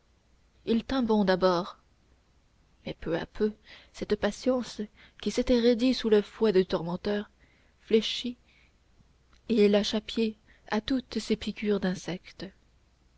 il tint bon d'abord mais peu à peu cette patience qui s'était roidie sous le fouet du tourmenteur fléchit et lâcha pied à toutes ces piqûres d'insectes